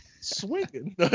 Swinging